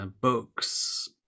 Books